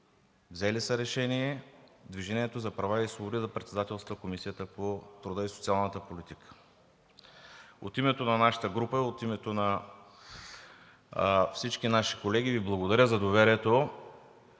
взели са решение „Движение за права и свободи“ да председателства Комисията по труда и социалната политика. От името на нашата група и от името на всички наши колеги Ви благодаря за доверието,